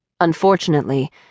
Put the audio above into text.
Unfortunately